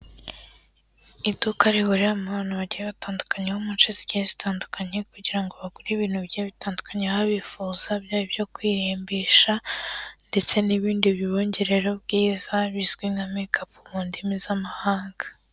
Iduka rihuriramo abantu bagiye batandukanye bo mu nshe zigiye zitandukanye kugira ngo bagure ibintu bigiye bitandukanye, baba bifuza byaba ibyo kwirimbisha ndetse n'ibindi bibongerera ubwiza bizwi nka mekapu mu ndimi z'amahanga.